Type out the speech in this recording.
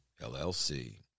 LLC